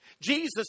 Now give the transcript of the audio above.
Jesus